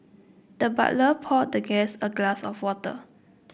the butler poured the guest a glass of water